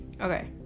Okay